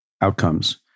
outcomes